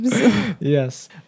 Yes